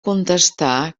contestà